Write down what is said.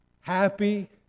happy